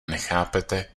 nechápete